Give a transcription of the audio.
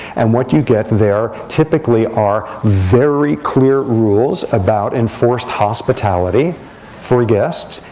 and what you get there, typically, are very clear rules about enforced hospitality for guests,